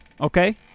Okay